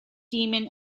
demon